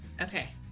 okay